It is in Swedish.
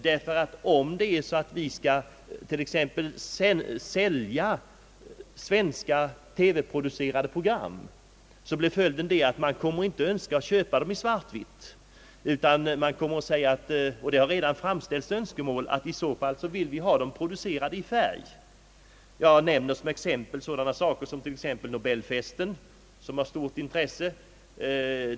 Jo, om vi skall sälja svenska TV-program kommer dessa inte att efterfrågas om de är producerade i svartvitt. Det har redan framställts önskemål om att sådana program skall produceras i färg. Jag kan som exempel nämna sändningarna från Nobelfesten, som röner stort intresse.